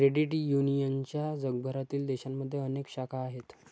credit युनियनच्या जगभरातील देशांमध्ये अनेक शाखा आहेत